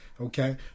Okay